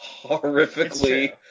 horrifically